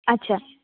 আচ্ছা